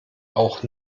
auch